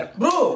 bro